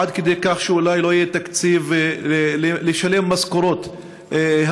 עד כדי כך שאולי לא יהיה תקציב לשלם משכורות החודש.